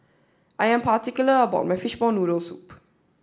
I am particular about my Fishball Noodle Soup